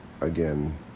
again